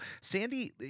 Sandy